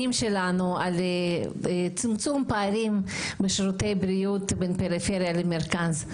שלנו על צמצום פערים בשירותי בריאות בין פריפריה למרכז.